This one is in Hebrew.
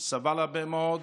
הוא סבל הרבה מאוד